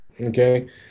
okay